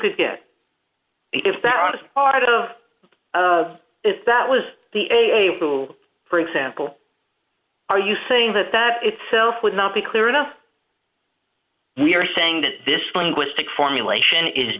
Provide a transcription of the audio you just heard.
could get if that was part of if that was the awu for example are you saying that that itself would not be clear enough we are saying that this linguistic formulation is